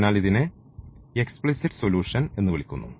അതിനാൽ ഇതിനെ explicit solution എന്ന് വിളിക്കുന്നു